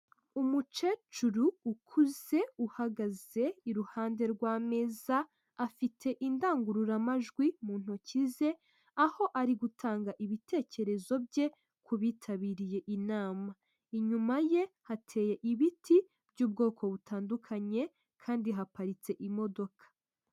Umukecuru ukuze uhagaze iruhande rw'ameza, afite indangururamajwi mu ntoki ze, aho ari gutanga ibitekerezo bye ku bitabiriye inama, inyuma ye hateye ibiti by'ubwoko butandukanye kandi haparitse imodoka.